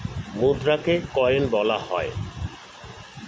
মুদ্রাকে coin বলা হয়